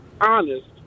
honest